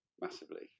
massively